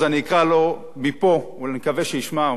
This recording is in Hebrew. אז אני אקרא לו מפה ואני מקווה שהוא ישמע,